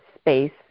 space